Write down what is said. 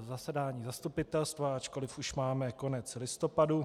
zasedání zastupitelstva, ačkoliv už máme konec listopadu.